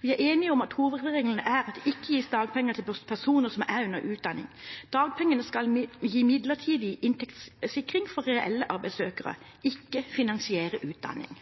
vi er enige om at hovedregelen er at det ikke gis dagpenger til personer under utdanning. Dagpenger skal gi en midlertidig inntektssikring for reelle arbeidssøkere, ikke finansiere utdanning.